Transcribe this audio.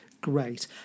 Great